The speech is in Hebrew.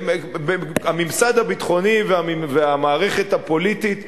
והממסד הביטחוני והמערכת הפוליטית,